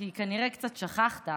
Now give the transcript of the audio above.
כי כנראה קצת שכחת,